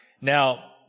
Now